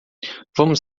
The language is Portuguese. vamos